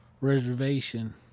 reservation